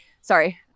Sorry